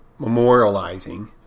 memorializing